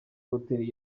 hotel